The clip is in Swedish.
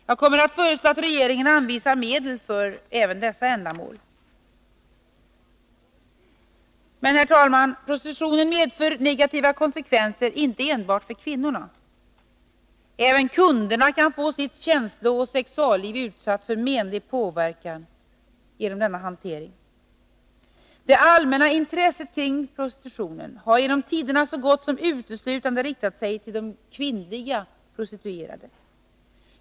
Jag kommer att föreslå att regeringen anvisar medel även för dessa ändamål. Herr talman! Prostitutionen medför negativa konsekvenser inte enbart för kvinnorna. Även kunderna kan få sitt känslooch sexualliv utsatt för menlig påverkan genom denna hantering. Det allmänna intresset kring prostitutionen har genom tiderna så gott som uteslutande riktat sig mot de kvinnliga prostituerade.